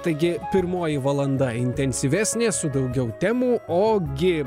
taigi pirmoji valanda intensyvesnė su daugiau temų o gi